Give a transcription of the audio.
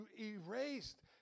erased